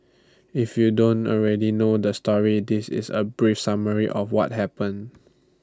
if you don't already know the story this is A brief summary of what happened